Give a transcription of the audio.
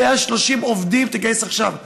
130 עובדים תגייס עכשיו.